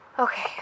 Okay